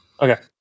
Okay